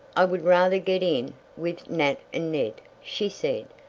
i would rather get in with nat and ned, she said,